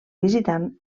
visitant